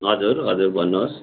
हजुर हजुर भन्नुहोस्